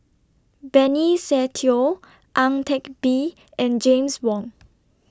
Benny Se Teo Ang Teck Bee and James Wong